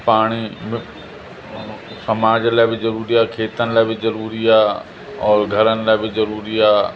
पाणी समाज लाइ बि ज़रूरी आहे खेतनि लाइ बि ज़रूरी आहे और घरनि लाइ बि ज़रूरी आहे